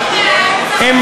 להתחיל את הסיפור מהאמצע,